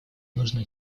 нужно